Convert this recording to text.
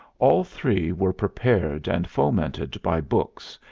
all three were prepared and fomented by books,